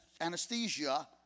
anesthesia